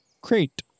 crate